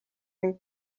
ning